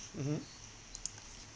mmhmm